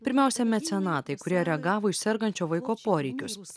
pirmiausia mecenatai kurie reagavo į sergančio vaiko poreikius